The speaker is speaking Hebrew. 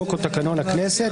חוק או תקנון הכנסת.